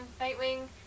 Nightwing